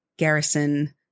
Garrison